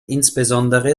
insbesondere